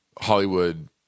Hollywood